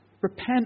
repent